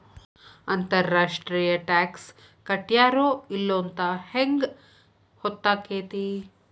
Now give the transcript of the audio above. ಅಂತರ್ ರಾಷ್ಟ್ರೇಯ ಟಾಕ್ಸ್ ಕಟ್ಟ್ಯಾರೋ ಇಲ್ಲೊಂತ್ ಹೆಂಗ್ ಹೊತ್ತಾಕ್ಕೇತಿ?